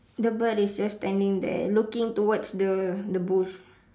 the bird is just standing there looking towards the the booth